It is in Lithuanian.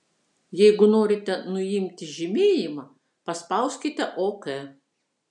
jeigu norite nuimti žymėjimą paspauskite ok